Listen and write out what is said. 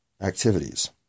activities